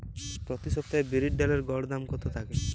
প্রতি সপ্তাহে বিরির ডালের গড় দাম কত থাকে?